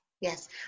Yes